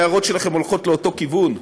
ההערות שלכם הולכות לאותו כיוון,